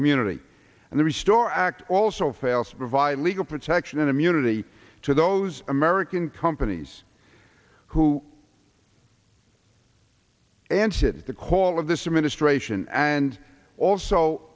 unity and the restore act also fails to provide legal protection and immunity to those american companies who answered the call of this administration and also